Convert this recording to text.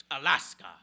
Alaska